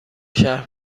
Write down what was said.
شهر